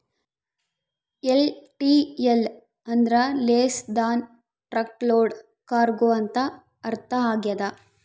LTL ಅಂದ್ರ less than truck load cargo ಅಂತ ಅರ್ಥ ಆಗ್ಯದ